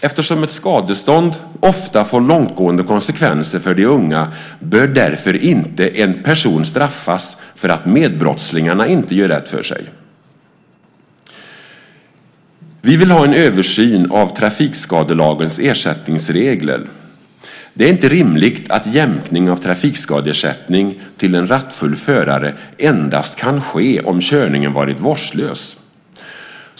Eftersom ett skadestånd ofta får långtgående konsekvenser för de unga bör därför inte en person straffas för att medbrottslingarna inte gör rätt för sig. Vi vill ha en översyn av trafikskadelagens ersättningsregler. Det är inte rimligt att jämkning av trafikskadeersättning till en rattfull förare endast kan ske om körningen varit vårdslös.